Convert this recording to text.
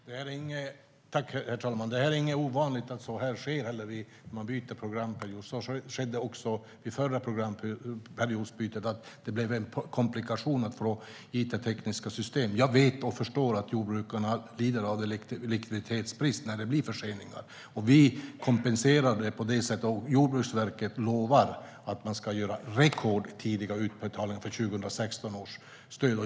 Herr talman! Det är inte ovanligt att så här sker när man byter programperiod. Så skedde också vid förra programperiodsbytet, då det blev väldiga komplikationer med it-systemet. Jag vet och förstår att jordbrukarna lider av likviditetsbrist när det blir förseningar. Vi kompenserar dem, och Jordbruksverket lovar att man ska göra rekordtidiga utbetalningar av 2016 års stöd.